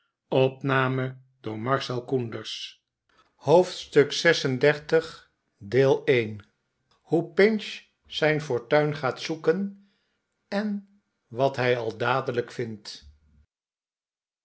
hoofdstuk xxxvi hoe pinch zijn fortuin gaat zoeken en wat hij al dadelijk vindt